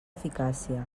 eficàcia